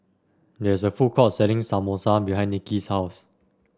there is a food court selling Samosa behind Nicki's house